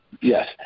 Yes